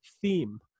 theme